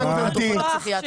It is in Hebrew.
תודה רבה.